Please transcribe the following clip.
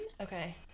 Okay